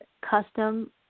custom